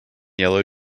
yellow